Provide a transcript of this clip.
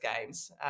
games